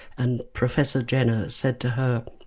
and professor jenner said to her,